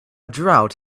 drought